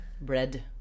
Bread